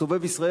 סובב-ישראל,